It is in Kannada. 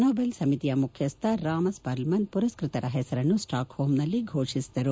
ನೊಬೆಲ್ ಸಮಿತಿಯ ಮುಖ್ಯಸ್ ರಾಮಸ್ ಪರ್ಲ್ಮನ್ ಪುರಸ್ಟ್ರರ ಪೆಸರನ್ನು ಸ್ಟಾಕ್ಹೋಮ್ನಲ್ಲಿ ಫೋಷಿಸಿದರು